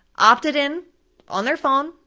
opted in on their phone,